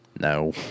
No